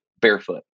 barefoot